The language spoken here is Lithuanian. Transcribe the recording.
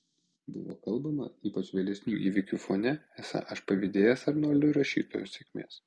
buvo kalbama ypač vėlesnių įvykių fone esą aš pavydėjęs arnoldui rašytojo sėkmės